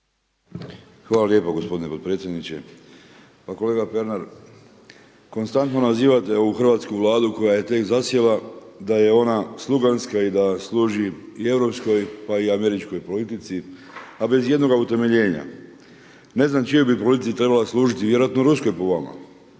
Hvala lijepa gospodine potpredsjedniče. Pa kolega Pernar, konstantno nazivate ovu hrvatsku Vladu koja je tek zasjela da je ona sluganska i da služi i europskoj, pa i američkoj politici, a bez ijednoga utemeljenja. Ne znam čijoj bi politici trebala služiti? Vjerojatno ruskoj po vama.